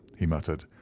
he muttered.